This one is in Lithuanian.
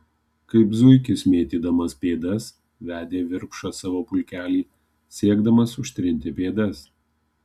kaip zuikis mėtydamas pėdas vedė virpša savo pulkelį siekdamas užtrinti pėdas